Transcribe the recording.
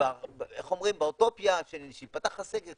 ובאוטופיה כשייפתח הסגר,